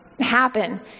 happen